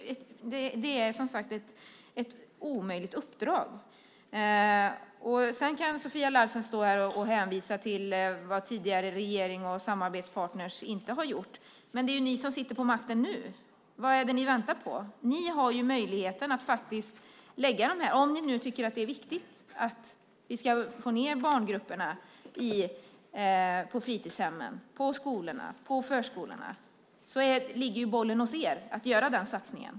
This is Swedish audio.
Detta är, som sagt, ett omöjligt uppdrag. Sofia Larsen kan stå här och hänvisa till vad den tidigare regeringen och dess samarbetspartner inte har gjort. Men nu är det ni som sitter vid makten. Vad väntar ni på? Om ni tycker att det är viktigt att minska barngrupperna på fritidshemmen, i skolorna och i förskolorna ligger ju bollen hos er att göra den satsningen.